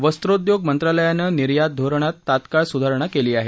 वस्रोद्योग मंत्रालयानं निर्यात धोरणात तात्काळ सुधारणा केली आहे